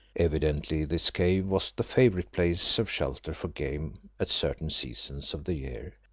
evidently this cave was the favourite place of shelter for game at certain seasons of the year,